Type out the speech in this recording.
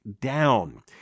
down